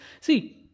See